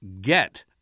get